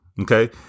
Okay